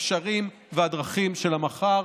הגשרים והדרכים של המחר.